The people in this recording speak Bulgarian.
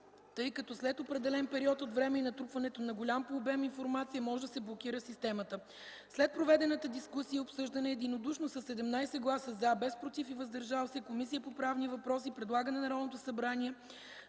тъй като след определен период от време и натрупването на голяма по обем информация може да се блокира системата. След проведената дискусия и обсъждане, единодушно със 17 гласа „за”, без „против” и „въздържали се”, Комисията по правни въпроси предлага на Народното събрание